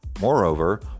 Moreover